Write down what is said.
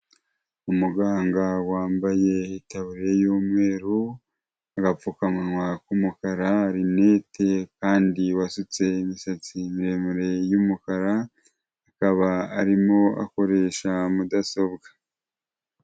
Umuganga wambaye itaburiya y'umweru, agapfukamunwa k'umukara, rinete kandi wasutse imisatsi miremire y'umukara, akaba arimo akoresha mudasobwa.